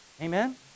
Amen